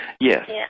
Yes